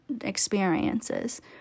experiences